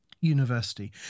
university